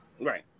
Right